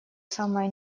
самое